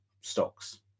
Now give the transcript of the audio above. stocks